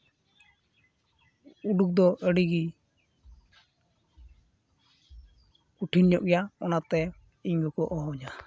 ᱩᱰᱩᱠ ᱫᱚ ᱟᱹᱰᱤ ᱜᱤ ᱠᱩᱴᱷᱤᱱ ᱧᱚᱜ ᱜᱮᱭᱟ ᱚᱱᱟᱛᱮ ᱤᱧ ᱜᱮᱠᱚ ᱦᱚᱦᱚᱣᱟᱹᱧᱟᱹ